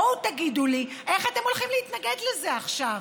בואו תגידו לי איך אתם הולכים להתנגד לזה עכשיו,